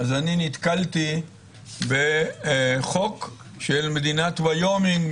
נתקלתי בחוק של מדינת ויומינג,